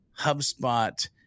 HubSpot